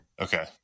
Okay